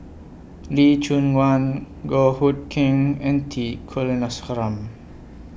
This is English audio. Lee Choon Guan Goh Hood Keng and T Kulasekaram